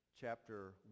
chapter